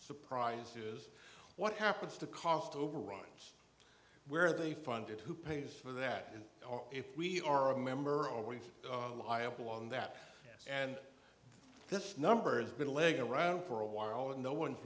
surprise is what happens to cost overruns where they fund it who pays for that and if we are a member always liable on that and this number's been leg around for a while and no one